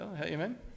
Amen